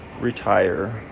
retire